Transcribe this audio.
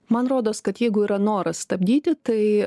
man rodos kad jeigu yra noras stabdyti tai